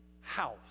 house